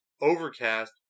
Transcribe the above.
Overcast